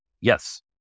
yes